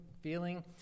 feeling